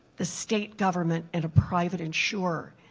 the state government and a private insurer.